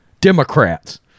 Democrats